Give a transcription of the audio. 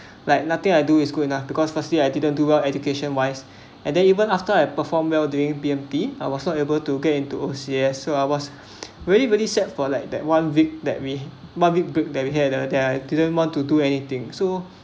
like nothing I do is good enough because firstly I didn't do well education wise and they even after I perform well during B_M_T I was not able to get into O_C_S so I was really very sad for like that one vic that we way but that I didn't want to do anything so